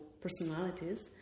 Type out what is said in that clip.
personalities